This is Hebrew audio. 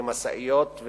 למשאיות,